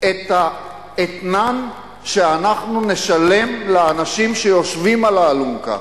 את האתנן שאנחנו נשלם לאנשים שיושבים על האלונקה,